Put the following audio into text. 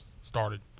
started